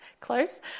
close